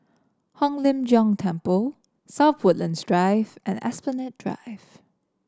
Hong Lim Jiong Temple South Woodlands Drive and Esplanade Drive